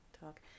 talk